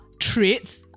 traits